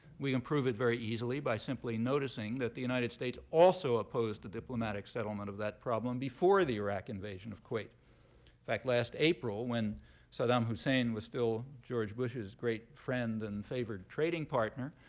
we can prove it very easily by simply noticing that the united states also opposed the diplomatic settlement of that problem before the iraq invasion of kuwait. in fact, last april, when saddam hussein was still george bush's great friend and favored trading partner,